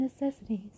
necessities